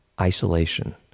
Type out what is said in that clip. Isolation